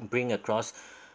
bring across